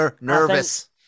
nervous